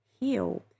heal